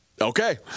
Okay